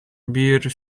bear